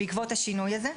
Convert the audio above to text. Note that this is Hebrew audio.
בעקבות השינוי הזה.